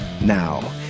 Now